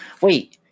wait